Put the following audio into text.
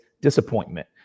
disappointment